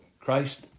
Christ